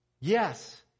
Yes